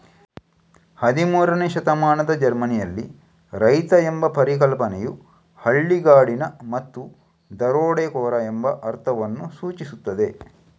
ಹದಿಮೂರನೇ ಶತಮಾನದ ಜರ್ಮನಿಯಲ್ಲಿ, ರೈತ ಎಂಬ ಪರಿಕಲ್ಪನೆಯು ಹಳ್ಳಿಗಾಡಿನ ಮತ್ತು ದರೋಡೆಕೋರ ಎಂಬ ಅರ್ಥವನ್ನು ಸೂಚಿಸುತ್ತದೆ